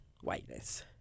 whiteness